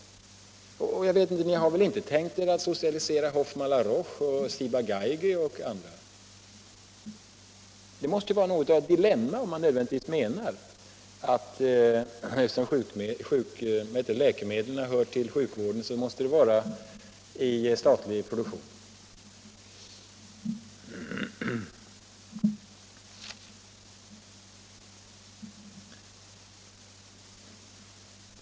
Ni har väl inte tänkt er att socialisera Hoffmann, Roche, Ciba, Geigy och andra? Det måste vara något av ett dilemma om man menar att läkemedlen, eftersom de hör till sjukvården, måste produceras i statlig regi.